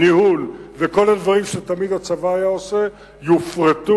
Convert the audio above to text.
ניהול וכל הדברים שתמיד הצבא היה עושה יופרטו